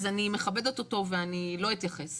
אני מכבדת אותו ואני לא אתייחס,